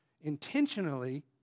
intentionally